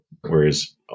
whereas